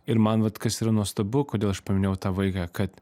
ir man vat kas yra nuostabu kodėl aš paminėjau tą vaiką kad